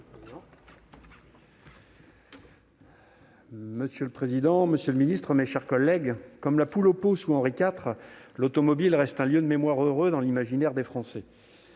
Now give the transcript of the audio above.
Monsieur le président, monsieur le ministre, mes chers collègues, comme la poule au pot sous Henri IV, l'automobile reste « un lieu de mémoire heureux dans l'imaginaire des Français